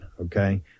Okay